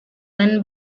one